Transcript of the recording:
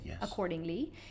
accordingly